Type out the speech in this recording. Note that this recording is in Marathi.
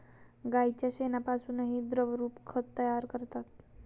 गाईच्या शेणापासूनही द्रवरूप खत तयार करतात